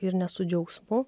ir ne su džiaugsmu